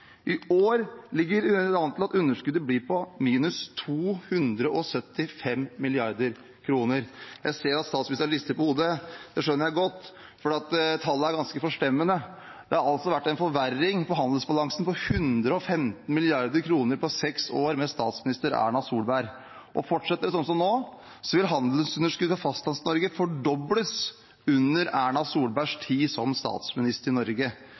I år ligger det an til at underskuddet blir på minus 275 mrd. kr. Jeg ser at statsministeren rister på hodet, og det skjønner jeg godt, for tallet er ganske forstemmende. Det har altså vært en forverring i handelsbalansen på 115 mrd. kr på seks år med statsminister Erna Solberg. Fortsetter det sånn som nå, vil handelsunderskuddet for Fastlands-Norge fordobles under Erna Solbergs tid som statsminister i Norge.